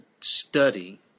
study